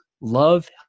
love